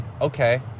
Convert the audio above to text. okay